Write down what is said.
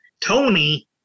Tony